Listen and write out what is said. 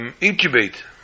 incubate